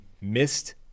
missed